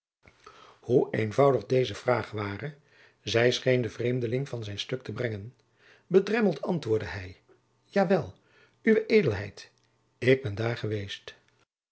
hoe eenvoudig deze vraag ware zij scheen den vreemdeling van zijn stuk te brengen bedremmeld jacob van lennep de pleegzoon antwoordde hij ja wel uwe edelheid ik ben daar geweest